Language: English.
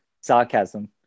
sarcasm